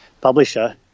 publisher